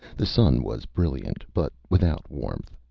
the sun was brilliant but without warmth.